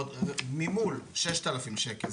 מימון 6,000 שקל,